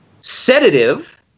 sedative